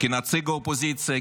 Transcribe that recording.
כנציג האופוזיציה,